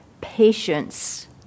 patience